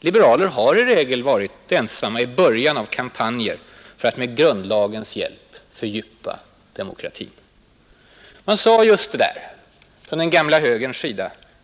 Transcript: Liberaler har i regel varit ensamma i början av kampanjer för att med grundlagens hjälp fördjupa demokratin. Det sades från den gamla högern